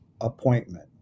appointment